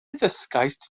ddysgaist